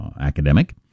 academic